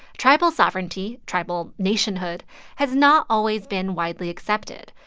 tribal sovereignty tribal nationhood has not always been widely accepted.